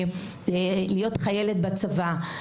להיות חיילת בצבא.